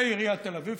עיריית תל אביב,